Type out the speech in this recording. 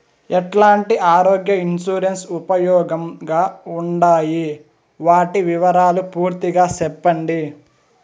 ఎట్లాంటి ఆరోగ్య ఇన్సూరెన్సు ఉపయోగం గా ఉండాయి వాటి వివరాలు పూర్తిగా సెప్పండి?